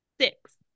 Six